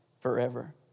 forever